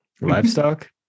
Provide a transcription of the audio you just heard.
Livestock